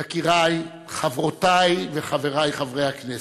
יקירי, חברותי וחברי חברי הכנסת,